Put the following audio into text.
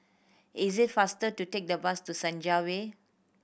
is it faster to take the bus to Senja Way